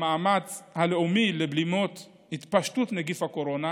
המאמץ הלאומי לבלימת התפשטות נגיף הקורונה,